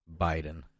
Biden